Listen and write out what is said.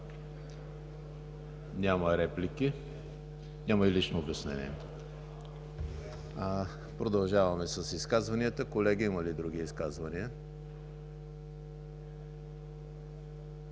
Няма реплики, няма и лично обяснение. Продължаваме с изказванията, колеги. Има ли други изказвания?